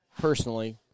personally